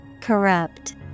Corrupt